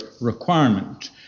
requirement